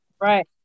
Right